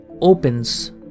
opens